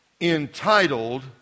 entitled